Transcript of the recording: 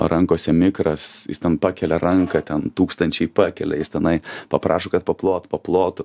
rankose mikras jis ten pakelia ranką ten tūkstančiai pakelia jis tenai paprašo kad paplot paplotų